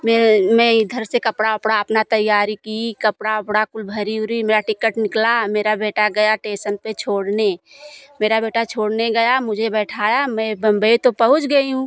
मैं मैं इधर से कपड़ा उपड़ा अपना तैयारी की कपड़ा उपड़ा कुल भरी उरि मेरा टिकट निकला मेरा बेटा गया टेसन पर छोड़ने मेरा बेटा छोड़ने गया मुझे बिठाया मैं बम्बई तो पहुँच गई हूँ